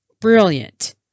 Brilliant